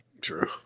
True